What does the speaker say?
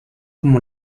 como